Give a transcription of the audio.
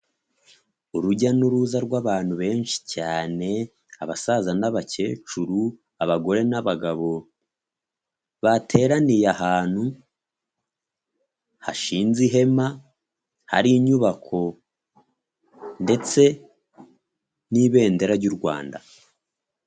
Urujya n'uruza rw'abantu benshi cyane abasaza n'abakecuru, abagore n'abagabo bateraniye ahantu hashinze ihema, hari inyubako ndetse n'ibendera ry'u Rwanda.